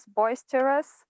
boisterous